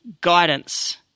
guidance